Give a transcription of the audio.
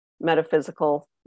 metaphysical